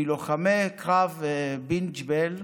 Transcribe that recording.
מלוחמי קרב בינת ג'בל.